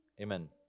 amen